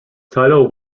title